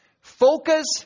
Focus